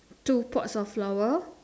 two pots of flower